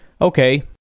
Okay